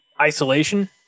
isolation